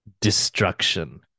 Destruction